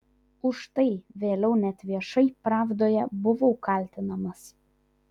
už tai vėliau net viešai pravdoje buvau kaltinamas